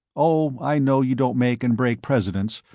oh, i know you don't make and break presidents.